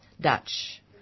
Dutch